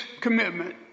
commitment